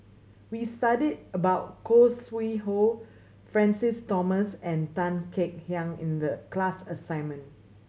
we studied about Khoo Sui Hoe Francis Thomas and Tan Kek Hiang in the class assignment